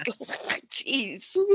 jeez